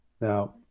Now